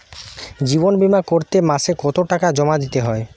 জীবন বিমা করতে মাসে কতো টাকা জমা দিতে হয়?